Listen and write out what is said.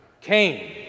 Cain